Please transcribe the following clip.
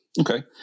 Okay